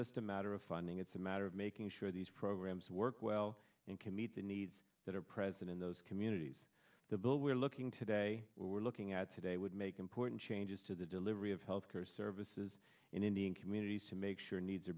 just a matter of funding it's a matter of making sure these programs work well and can meet the needs that are present in those communities the bill we're looking today we're looking at today would make important changes to the delivery of health care services in indian communities to make sure needs